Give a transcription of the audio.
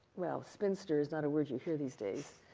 well, spinster is not a word you hear these days,